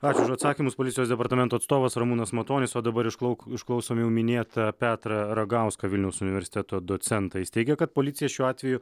ačiū už atsakymus policijos departamento atstovas ramūnas matonis o dabar išklau išklausom jau minėtą petrą ragauską vilniaus universiteto docentą jis teigia kad policija šiuo atveju